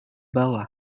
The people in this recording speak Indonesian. bawah